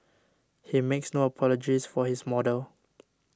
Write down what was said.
he makes no apologies for his model